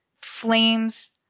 flames